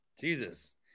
Jesus